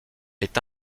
est